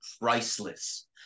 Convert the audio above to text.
priceless